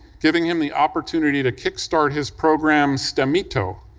giving him the opportunity to kickstart his program stemito,